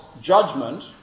judgment